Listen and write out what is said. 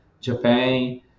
Japan